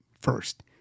first